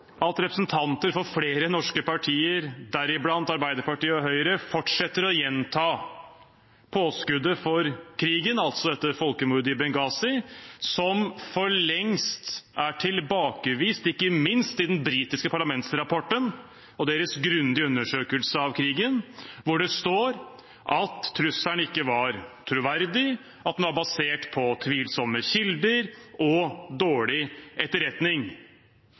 at representanter for flere norske partier, deriblant Arbeiderpartiet og Høyre, fortsetter å gjenta påskuddet for krigen – folkemordet i Benghazi – et påskudd som for lengst er tilbakevist, ikke minst i den britiske parlamentsrapporten og dens grundige undersøkelse av krigen, hvor det står at trusselen ikke var troverdig, at den var basert på tvilsomme kilder og dårlig etterretning.